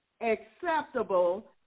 acceptable